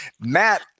Matt